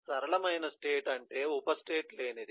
సరళమైన స్టేట్ అంటే ఉప స్టేట్ లేనిది